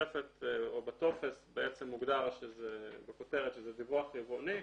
בתוספת או בטופס בעצם מוגדר בכותרת שזה דיווח רבעוני.